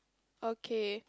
okay